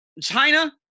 China